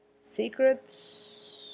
Secrets